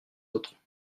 autres